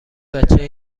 بچه